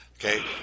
okay